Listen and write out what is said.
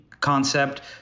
concept